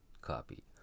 copy